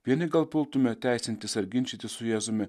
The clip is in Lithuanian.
vieni gal pultume teisintis ar ginčytis su jėzumi